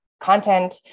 content